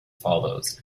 follows